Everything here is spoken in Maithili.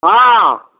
हँ